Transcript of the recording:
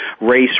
race